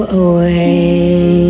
away